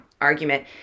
argument